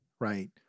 Right